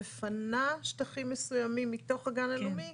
מפנה שטחים מסוימים מתוך הגן הלאומי,